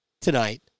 tonight